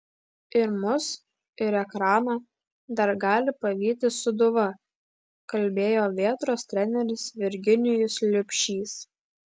ir mus ir ekraną dar gali pavyti sūduva kalbėjo vėtros treneris virginijus liubšys